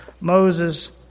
Moses